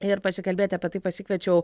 ir pasikalbėti apie tai pasikviečiau